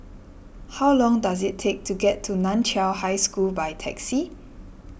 how long does it take to get to Nan Chiau High School by taxi